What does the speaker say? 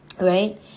Right